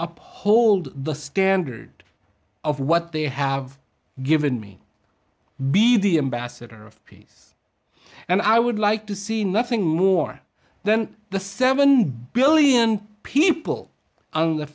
uphold the standard of what they have given me be the ambassador of peace and i would like to see nothing more then the seven billion people on the